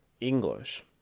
English